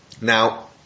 Now